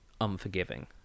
unforgiving